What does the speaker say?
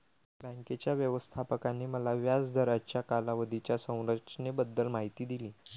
बँकेच्या व्यवस्थापकाने मला व्याज दराच्या कालावधीच्या संरचनेबद्दल माहिती दिली